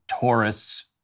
tourists